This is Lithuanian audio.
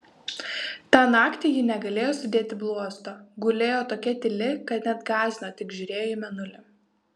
tą naktį ji negalėjo sudėti bluosto gulėjo tokia tyli kad net gąsdino tik žiūrėjo į mėnulį